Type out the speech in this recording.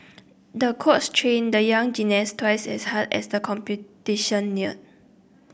the coach trained the young gymnast twice as hard as the competition neared